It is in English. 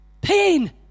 Pain